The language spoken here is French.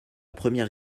première